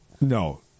No